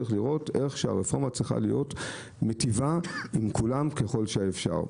צריך לראות שהרפורמה מטיבה עם כולם ככול שאפשר.